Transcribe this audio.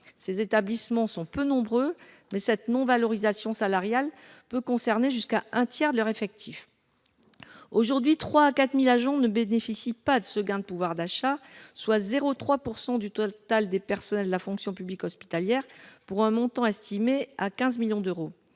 ces établissements sont peu nombreux mais cette non-valorisation salariale peut concerner jusqu'à un tiers de leur effectif aujourd'hui 3 à 4000 agents ne bénéficient pas de ce gain de pouvoir d'achat, soit 0 3 pour 100 du total des personnels de la fonction publique hospitalière, pour un montant estimé à 15 millions d'euros,